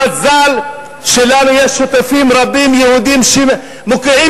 מזל שלנו יש שותפים רבים יהודים שמוקיעים